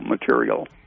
material